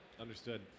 Understood